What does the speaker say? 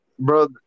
Bro